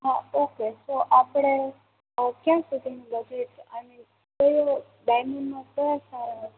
હા ઓકે તો આપણે ક્યાં સુધીનું બજેટ આઈ મીન કેવો ડાયમંડમાં કયા સારા હશે